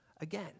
again